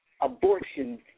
abortion